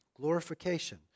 Glorification